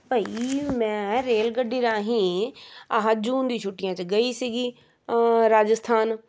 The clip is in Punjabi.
ਭਈ ਮੈਂ ਰੇਲ ਗੱਡੀ ਰਾਹੀਂ ਆਹਾ ਜੂਨ ਦੀ ਛੁੱਟੀਆਂ 'ਚ ਗਈ ਸੀਗੀ ਰਾਜਸਥਾਨ